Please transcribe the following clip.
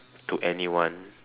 to anyone